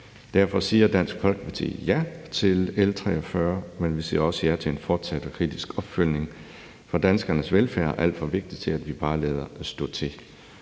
Derfor siger Dansk Folkeparti ja til L 43, men vi siger også ja til en fortsat og kritisk opfølgning, for danskernes velfærd er alt for vigtig til, at vi bare lader stå til.